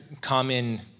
common